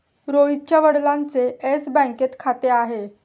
रोहितच्या वडिलांचे येस बँकेत खाते आहे